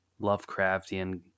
Lovecraftian